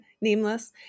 nameless